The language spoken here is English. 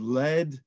led